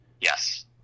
yes